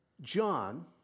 John